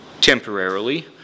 temporarily